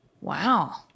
Wow